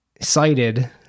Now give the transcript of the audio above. cited